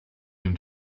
him